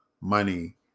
money